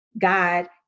God